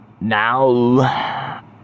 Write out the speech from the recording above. now